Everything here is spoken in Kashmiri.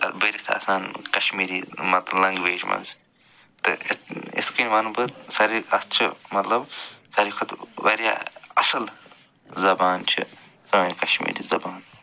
بٔرِتھ آسان کشمیٖری مت لنٛگویج منٛز تہٕ یِتھ یِتھ کٔنۍ وَنہٕ بہٕ سارے اَتھ چھِ مطلب سارے کھۄتہٕ وارِیاہ اَصٕل زبان چھِ سٲنۍ کشمیٖری زبان